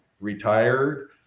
retired